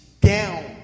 down